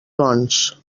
bons